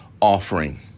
offering